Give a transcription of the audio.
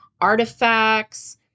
artifacts